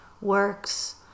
works